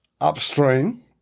upstream